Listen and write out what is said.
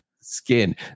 Skin